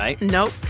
Nope